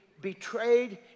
betrayed